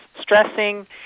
stressing